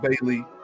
Bailey